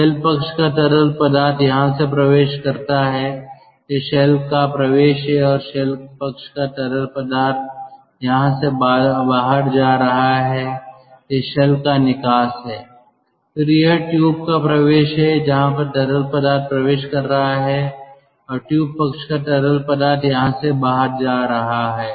shell पक्ष का तरल पदार्थ यहां से प्रवेश कर रहा है यह शेल का प्रवेश है और शेल पक्ष का तरल पदार्थ यहां से बाहर जा रहा है यह शेल का निकास है फिर यह ट्यूब का प्रवेश है जहां पर तरल पदार्थ प्रवेश कर रहा है और ट्यूब पक्ष का तरल पदार्थ यहां से बाहर जा रहा है